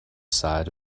side